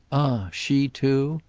ah she too?